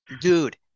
dude